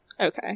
Okay